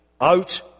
out